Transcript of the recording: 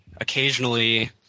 occasionally